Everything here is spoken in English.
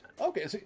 Okay